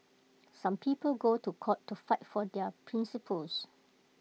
some people go to court to fight for their principles